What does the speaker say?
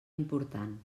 important